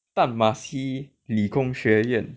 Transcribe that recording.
淡马锡理工学院